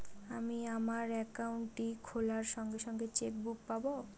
আমি আমার একাউন্টটি খোলার সঙ্গে সঙ্গে চেক বুক পাবো?